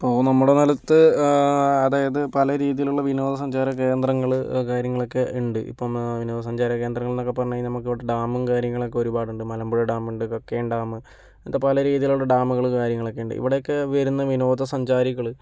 ഇപ്പോൾ നമ്മുടെ സ്ഥലത്ത് അതായത് പലരീതിയിലുള്ള വിനോദസഞ്ചാര കേന്ദ്രങ്ങള് കാര്യങ്ങളൊക്കെ ഉണ്ട് ഇപ്പം വിനോദസഞ്ചാര കേന്ദ്രങ്ങൾ എന്നൊക്കെ പറഞ്ഞ് കഴിഞ്ഞാൽ നമുക്ക് ഇവിടെ ഡാമും കാര്യങ്ങളൊക്കെ ഒരുപാടുണ്ട് മലമ്പുഴ ഡാമുണ്ട് കക്കയം ഡാംമ് അങ്ങനത്തെ പല രീതിയിലുള്ള ഡാംമ്കള് കാര്യങ്ങളൊക്കെയുണ്ട് ഇവിടേക്ക് വരുന്ന വിനോദസഞ്ചാരികള്